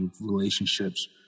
relationships